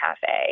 cafe